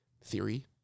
theory